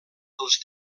dels